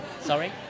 Sorry